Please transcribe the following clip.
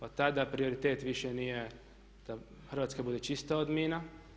Od tada prioritet više nije da Hrvatska bude čista od mina.